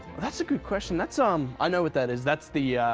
that's a good question. that's, um. i know what that is. that's the, ah.